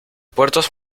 puertos